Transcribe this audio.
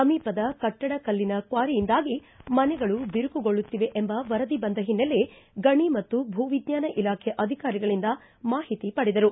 ಸಮೀಪದ ಕಟ್ಟಡ ಕಲ್ಲಿನ ಕ್ಲಾರಿಯಿಂದಾಗಿ ಮನೆಗಳು ಬಿರುಕುಗೊಳ್ಳುತ್ತಿವೆ ಎಂಬ ವರದಿ ಬಂದ ಹಿನ್ನೆಲೆ ಗಣಿ ಮತ್ತು ಭೂವಿಜ್ಞಾನ ಇಲಾಖೆಯ ಅಧಿಕಾರಿಗಳಿಂದ ಮಾಹಿತಿ ಪಡೆದರು